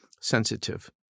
sensitive